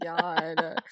god